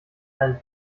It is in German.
deinen